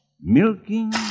milking